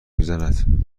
میزند